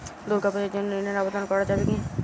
দুর্গাপূজার জন্য ঋণের আবেদন করা যাবে কি?